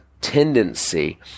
tendency